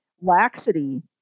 laxity